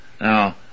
Now